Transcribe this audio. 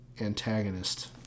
antagonist